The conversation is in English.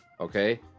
Okay